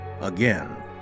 Again